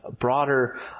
broader